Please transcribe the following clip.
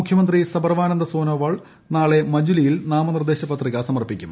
മുഖ്യമന്ത്രി സർബാനന്ദ സോനോവാൾ നാളെ മജുലിയിൽ നാമനിർദേശ പത്രിക സമർപ്പിക്കും